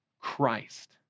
Christ